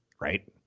right